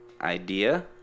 idea